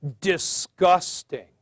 disgusting